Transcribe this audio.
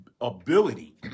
ability